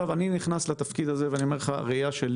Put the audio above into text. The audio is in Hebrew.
הראייה שלי